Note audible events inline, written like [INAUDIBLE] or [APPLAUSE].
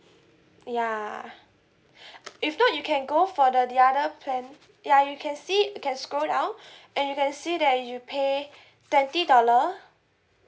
ya [BREATH] if not you can go for the the other plan ya you can see you can scroll down [BREATH] and you can see that you pay twenty dollar